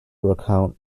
recount